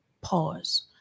Pause